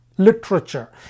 literature